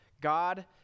God